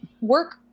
work